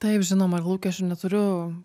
taip žinoma ir lūkesčių neturiu